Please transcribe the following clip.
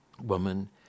Woman